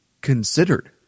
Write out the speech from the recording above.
considered